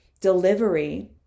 delivery